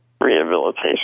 rehabilitation